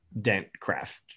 Dentcraft